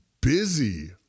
busy